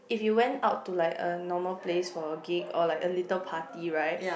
if you went out to like a normal place for a gig or like a little party right